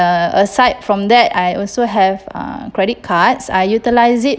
aside from that I also have uh credit cards I utilize it